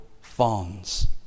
fawns